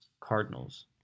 Cardinals